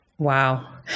Wow